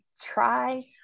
try